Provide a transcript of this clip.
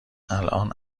الان